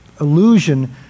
illusion